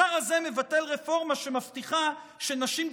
השר הזה מבטל רפורמה שמבטיחה שנשים,